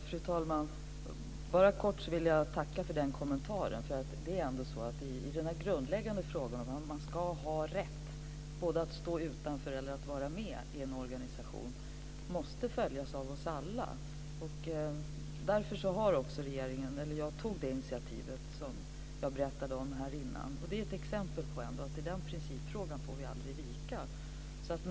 Fru talman! Jag vill kort tacka för den kommentaren. Den grundläggande frågan om man ska ha rätt både att stå utanför och att vara med i en organisation måste följas av oss alla. Därför tog jag det initiativ som jag berättade om här förut. Det är ett exempel på att vi aldrig får vika i den principfrågan.